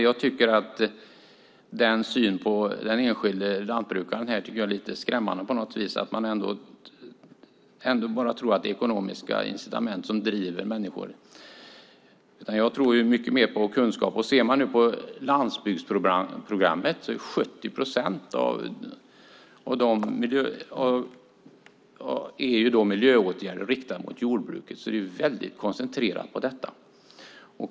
Jag tycker att synen på den enskilde lantbrukaren är lite skrämmande - att man tror att det bara är ekonomiska incitament som driver människor. Jag tror mycket mer på kunskap. I landsbygdsprogrammet är 70 procent av EU:s miljöåtgärder riktade mot jordbruket, så de är väldigt koncentrerade på detta.